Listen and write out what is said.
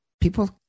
People